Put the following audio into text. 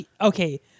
Okay